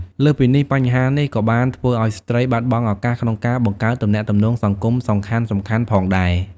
លើសពីនេះ បញ្ហានេះក៏បានធ្វើឱ្យស្ត្រីបាត់បង់ឱកាសក្នុងការបង្កើតទំនាក់ទំនងសង្គមសំខាន់ៗផងដែរ។